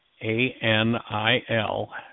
A-N-I-L